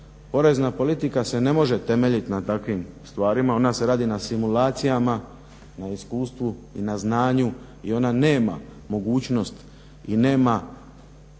Porezna politika se ne može temeljiti na takvim stvarima, ona se radi na simulacijama, na iskustvu i na znanju i ona nema mogućnost i nema